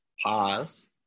pause